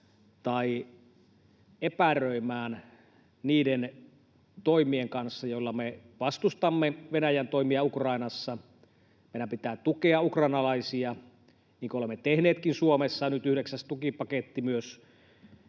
tai epäröimään niiden toimien kanssa, joilla me vastustamme Venäjän toimia Ukrainassa. Meidän pitää tukea ukrainalaisia, niin kuin olemme tehneetkin Suomessa — nyt yhdeksäs tukipaketti myös